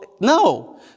no